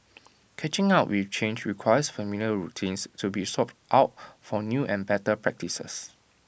catching up with change requires familiar routines to be swapped out for new and better practices